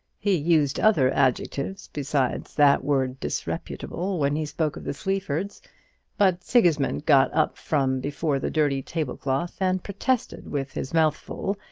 he used other adjectives besides that word disreputable when he spoke of the sleafords but sigismund got up from before the dirty table-cloth, and protested, with his mouth full,